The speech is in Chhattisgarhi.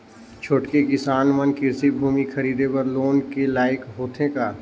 छोटके किसान मन कृषि भूमि खरीदे बर लोन के लायक होथे का?